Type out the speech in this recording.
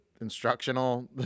instructional